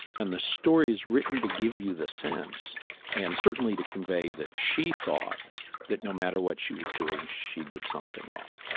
and the story is written to giver you the sense and certainly to convey that she thought that no matter what she was doing, she did something wrong.